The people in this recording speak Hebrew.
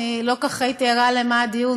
אני לא כל כך הייתי ערה על מה הדיון